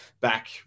back